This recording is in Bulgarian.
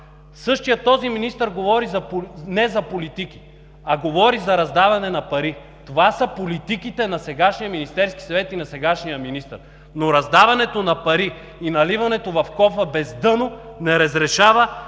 Същият този министър говори не за политики, а за раздаване на пари. Това са политиките на сегашния Министерски съвет и на сегашния министър, но раздаването на пари и наливането им в кофа без дъно не разрешава